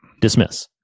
dismiss